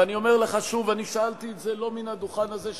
אני שאלתי את זה לא מן הדוכן הזה,